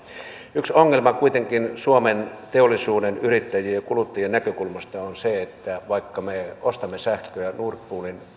yksi ongelma kuitenkin suomen teollisuuden yrittäjien ja kuluttajien näkökulmasta on se että vaikka me ostamme sähköä nord poolin